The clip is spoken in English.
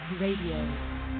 Radio